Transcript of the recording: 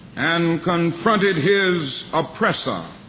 and confronted his oppressor.